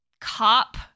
cop